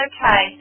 Okay